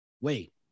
wait